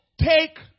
take